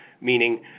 meaning